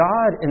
God